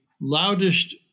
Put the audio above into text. loudest